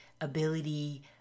ability